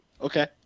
Okay